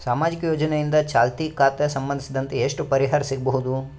ಸಾಮಾಜಿಕ ಯೋಜನೆಯಿಂದ ಚಾಲತಿ ಖಾತಾ ಸಂಬಂಧಿಸಿದಂತೆ ಎಷ್ಟು ಪರಿಹಾರ ಸಿಗಬಹುದು?